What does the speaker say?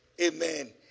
amen